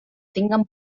tinguen